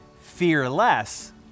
fearless